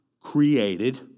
created